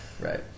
Right